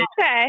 Okay